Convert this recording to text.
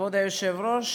כבוד היושב-ראש,